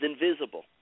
invisible